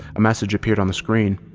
a message appeared on the screen.